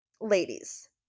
ladies